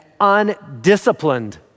undisciplined